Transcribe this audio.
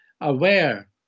aware